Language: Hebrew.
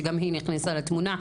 שגם היא נכנסה לתמונה,